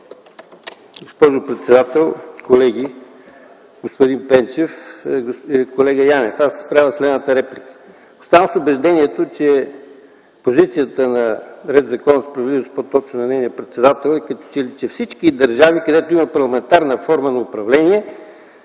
господин Пенчев! Колега Янев, правя следната реплика. Оставам с убеждението, че позицията на „Ред, законност и справедливост” и по-точно на нейния председател е, като че ли всички държави, където има парламентарна форма на управление,